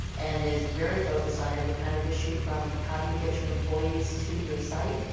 and is very focused on every kind of issue from how do you get your employees to your site,